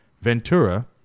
Ventura